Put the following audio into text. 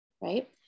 right